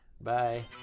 Bye